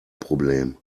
problem